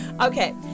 Okay